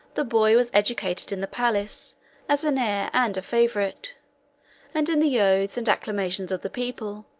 the boy was educated in the palace as an heir and a favorite and in the oaths and acclamations of the people,